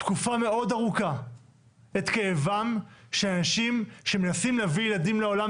תקופה מאוד ארוכה את כאבם של אנשים שמנסים להביא ילדים לעולם,